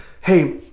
hey